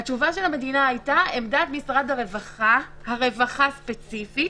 עמדת משרד הרווחה משרד הרווחה ספציפית